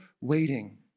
waiting